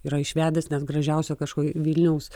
yra išvedęs nes gražiausio kažko vilniaus